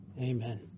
amen